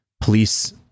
police